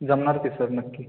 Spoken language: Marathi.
जमणार ते सर नक्की